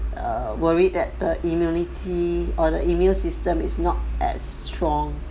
err worried that the immunity or the immune system is not as strong